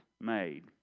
made